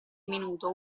minuto